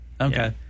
Okay